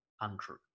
untrue